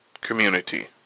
community